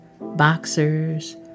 boxers